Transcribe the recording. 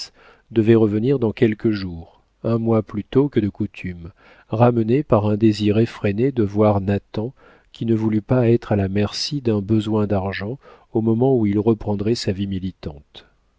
devait revenir dans quelques jours un mois plus tôt que de coutume ramenée par un désir effréné de voir nathan qui ne voulut pas être à la merci d'un besoin d'argent au moment où il reprendrait sa vie militante